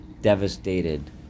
devastated